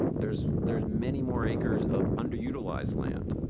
there's there's many more acres of under-utilized land.